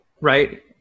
Right